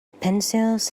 pencils